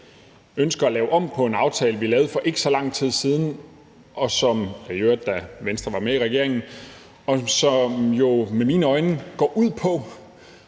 ønsker at lave om på en aftale, vi lavede for ikke så lang tid siden. Det var i øvrigt, da Venstre var i regering. Aftalen går set med mine øjne ud på